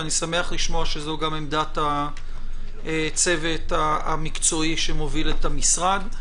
ואני שמח לשמוע שזו גם עמדת הצוות המקצועי שמוביל את המשרד.